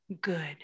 good